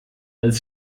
als